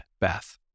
bath